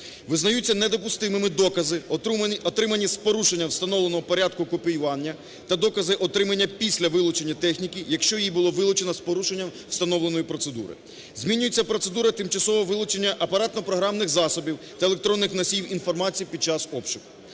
Визнаються недопустимими докази, отримані з порушенням встановленого порядку копіювання, та докази, отримані після вилучення техніки, якщо її було вилучено з порушенням встановленої процедури. Змінюється процедура тимчасового вилучення апаратно-програмних засобів та електронних носіїв інформації під час обшуку.